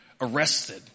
arrested